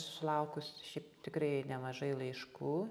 sulaukus šiaip tikrai nemažai laiškų